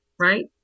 right